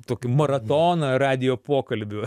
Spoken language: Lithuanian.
tokį maratoną radijo pokalbių